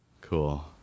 Cool